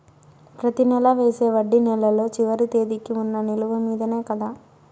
ప్రతి నెల వేసే వడ్డీ నెలలో చివరి తేదీకి వున్న నిలువ మీదనే కదా?